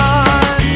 on